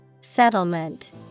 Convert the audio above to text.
Settlement